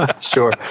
Sure